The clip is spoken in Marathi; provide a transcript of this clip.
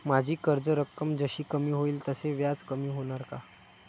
माझी कर्ज रक्कम जशी कमी होईल तसे व्याज कमी होणार का?